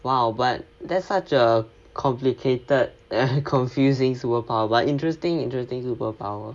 !wow! but there's such a complicated err confusing superpower but interesting interesting superpower